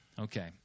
Okay